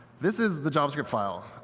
this is the javascript file.